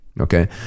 okay